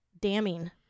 damning